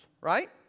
right